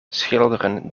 schilderen